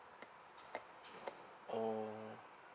orh